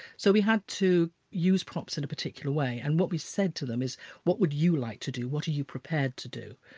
so we had to use props in a particular way. and what we said to them is what would you like to do, what are you prepared to do.